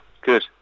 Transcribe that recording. good